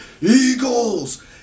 Eagles